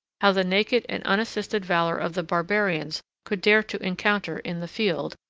how the naked and unassisted valor of the barbarians could dare to encounter, in the field,